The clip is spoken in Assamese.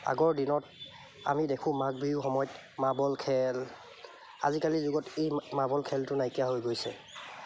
আগৰ দিনত আমি দেখোঁ মাঘ বিহুৰ সময়ত মাৰ্বল খেল আজিকালিৰ যুগত এই মাৰ্বল খেলটো নাইকিয়া হৈ গৈছে